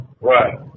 Right